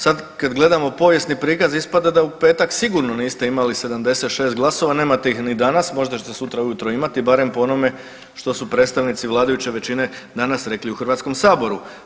Sad kad gledamo povijesni prikaz ispada da u petak sigurno niste imali 76 glasova, nemate ih ni danas, možda čete sutra ujutro imati, barem po onome što su predstavnici vladajuće većine danas rekli u Hrvatskom saboru.